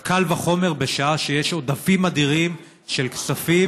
קל וחומר בשעה שיש עודפים אדירים של כספים